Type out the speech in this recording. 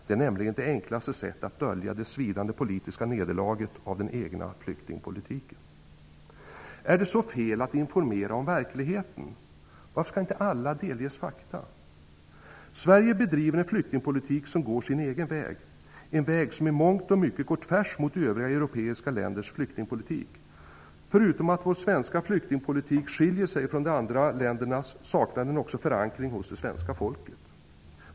Det är nämligen det enklaste sättet att dölja det svidande politiska nederlaget av den egna flyktingpolitiken. Är det så fel att informera om verkligheten? Varför skall inte alla delges fakta? Sverige bedriver en flyktingpolitik som går sin egen väg -- en väg som i mångt och mycket går tvärs emot övriga europeiska länders flyktingpolitik. Förutom att vår svenska flyktingpolitik skiljer sig från de andra ländernas, saknar den också förankring hos det svenska folket.